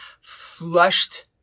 flushed